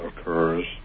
occurs